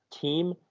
team